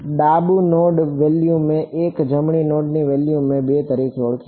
ડાબું node value મેં 1 જમણી નોડ વેલ્યુ મેં 2 તરીકે ઓળખી છે